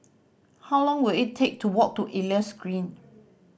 how long will it take to walk to Elias Green